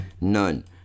None